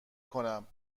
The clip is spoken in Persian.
کنم